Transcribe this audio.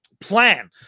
plan